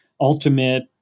ultimate